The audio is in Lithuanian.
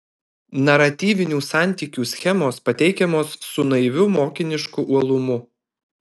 naratyvinių santykių schemos pateikiamos su naiviu mokinišku uolumu